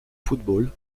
football